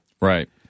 Right